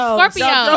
Scorpio